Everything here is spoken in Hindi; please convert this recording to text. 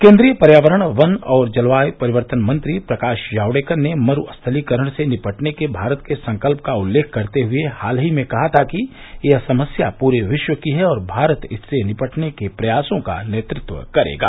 केन्द्रीय पर्यावरण वन और जलवायु परिवर्तन मंत्री प्रकाश जावडेकर ने मरुस्थलीकरण से निपटने के भारत के संकल्प का उल्लेख करते हुए हाल में कहा था कि यह समस्या पूरे विश्व की है और भारत इससे निपटने के प्रयासों का नेतृत्व करेगा